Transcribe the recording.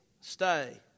stay